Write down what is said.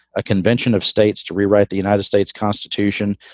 a convention of states to rewrite the united states constitution,